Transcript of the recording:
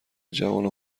جوانان